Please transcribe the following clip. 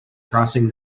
crossing